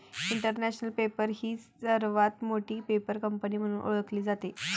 international Paper ही सर्वात मोठी पेपर कंपनी म्हणून ओळखली जाते